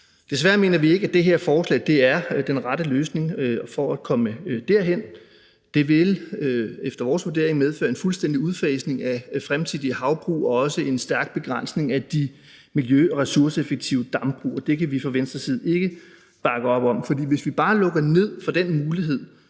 Desværre mener vi ikke, at det her forslag er den rette løsning på at komme derhen. Det vil efter vores vurdering medføre en fuldstændig udfasning af fremtidige havbrug og også en stærk begrænsning af de miljø- og ressourceeffektive dambrug. Det kan vi fra Venstres side ikke bakke op om. For hvis vi bare lukker ned for den mulighed